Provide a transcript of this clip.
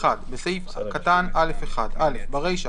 (1)בסעיף קטן (א)(1) (א)ברישה,